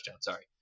sorry